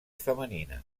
femenina